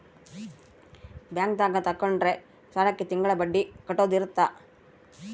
bank ದಾಗ ತಗೊಂಡಿರೋ ಸಾಲಕ್ಕೆ ತಿಂಗಳ ಬಡ್ಡಿ ಕಟ್ಟೋದು ಇರುತ್ತ